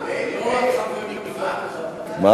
4. גם הודעת הממשלה לגבי דין הרציפות הזה עברה,